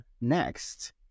next